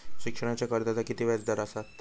शिक्षणाच्या कर्जाचा किती व्याजदर असात?